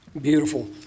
beautiful